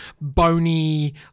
bony